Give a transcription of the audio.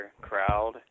crowd